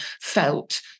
felt